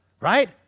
right